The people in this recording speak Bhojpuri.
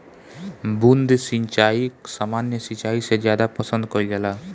बूंद सिंचाई सामान्य सिंचाई से ज्यादा पसंद कईल जाला